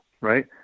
right